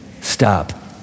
stop